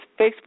Facebook